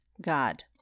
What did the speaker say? God